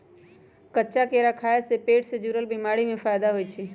कच्चा केरा खाय से पेट से जुरल बीमारी में फायदा होई छई